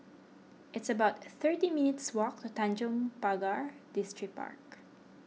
it's about thirty minutes' walk to Tanjong Pagar Distripark